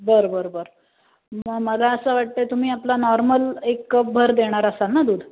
बर बर बर मग मला असं वाटतं आहे तुम्ही आपला नॉर्मल एक कपभर देणार असाल ना दूध